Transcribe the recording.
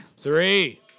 Three